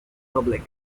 public